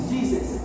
Jesus